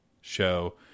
show